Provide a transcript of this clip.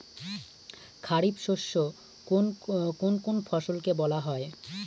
খারিফ শস্য কোন কোন ফসলকে বলা হয়?